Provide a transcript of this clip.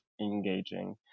engaging